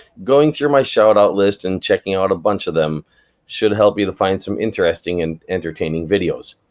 going through my shout-out list and checking out a bunch of them should help you to find some interesting and entertaining videos.